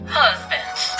husbands